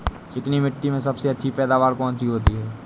चिकनी मिट्टी में सबसे अच्छी पैदावार कौन सी होती हैं?